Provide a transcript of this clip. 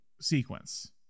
sequence